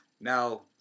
Now